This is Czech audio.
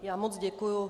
Já moc děkuji.